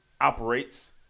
operates